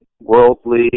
worldly